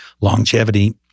longevity